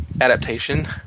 adaptation